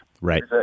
Right